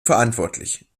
verantwortlich